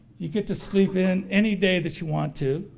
you get to sleep in any day that you want to,